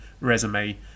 resume